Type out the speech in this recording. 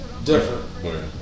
Different